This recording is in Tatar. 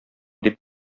дип